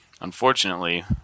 Unfortunately